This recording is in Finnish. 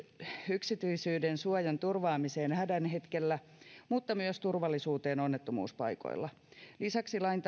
yksityisyydensuojan turvaamiseen hädän hetkellä mutta myös turvallisuuteen onnettomuuspaikoilla lisäksi lain